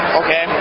okay